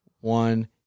one